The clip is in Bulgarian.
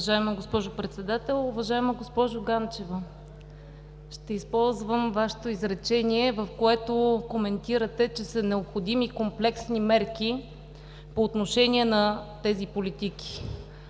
Уважаема госпожо Председател, уважаема госпожо Ганчева! Ще използвам Вашето изречение, в което коментирате, че са необходими комплексни мерки по отношение на тези политики.